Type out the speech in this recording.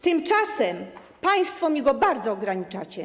Tymczasem państwo mi go bardzo ograniczacie.